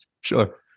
Sure